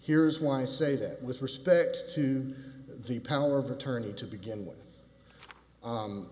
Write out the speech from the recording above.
here's why i say that with respect to the power of attorney to begin with